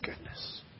goodness